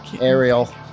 Ariel